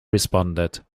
responded